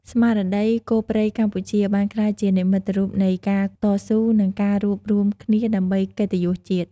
ស្មារតី "គោព្រៃកម្ពុជា" បានក្លាយជានិមិត្តរូបនៃការតស៊ូ និងការរួបរួមគ្នាដើម្បីកិត្តិយសជាតិ។